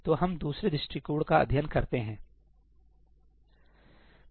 तो हम दूसरे दृष्टिकोण का अध्ययन करते हैं